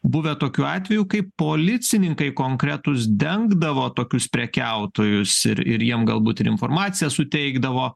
buvę tokių atvejų kai policininkai konkretūs dengdavo tokius prekiautojus ir ir jiem galbūt ir informaciją suteikdavo